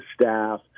staff